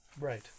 right